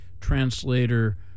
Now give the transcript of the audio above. translator